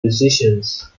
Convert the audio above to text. musicians